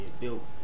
built